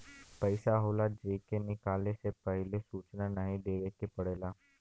पइसा होला जे के निकाले से पहिले सूचना नाही देवे के पड़ेला